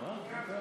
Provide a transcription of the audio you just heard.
אשמע.